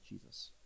Jesus